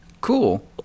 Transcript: Cool